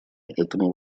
этому